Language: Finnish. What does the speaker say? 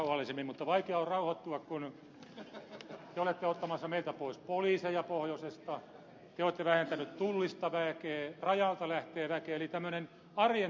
mutta vaikea on rauhoittua kun te olette ottamassa meiltä pois poliiseja pohjoisesta te olette vähentäneet tullista väkeä rajalta lähtee väkeä